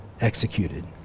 executed